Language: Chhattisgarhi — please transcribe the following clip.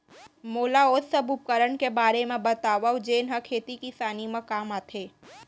मोला ओ सब उपकरण के बारे म बतावव जेन ह खेती किसानी म काम आथे?